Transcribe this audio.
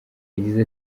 yagize